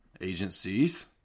agencies